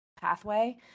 pathway